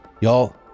y'all